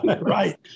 right